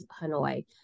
Hanoi